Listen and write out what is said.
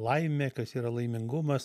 laimė kas yra laimingumas